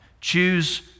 Choose